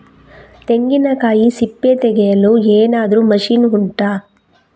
ತೆಂಗಿನಕಾಯಿ ಸಿಪ್ಪೆ ತೆಗೆಯಲು ಏನಾದ್ರೂ ಮಷೀನ್ ಉಂಟಾ